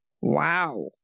wow